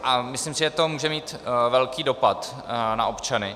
A myslím si, že to může mít velký dopad na občany.